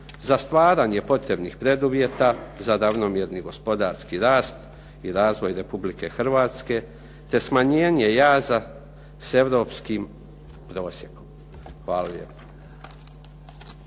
za stvaranje potrebnih preduvjeta za ravnomjerni gospodarski rast i razvoj Republike Hrvatske, te smanjenje jaza s europskim prosjekom. Hvala